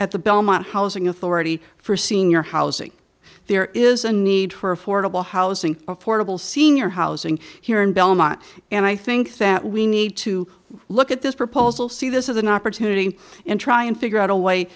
at the belmont housing authority for senior housing there is a need for affordable housing affordable senior housing here in belmont and i think that we need to look at this proposal see this as an opportunity and try and figure out a way